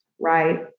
right